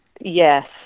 Yes